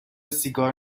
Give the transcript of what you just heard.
سیگار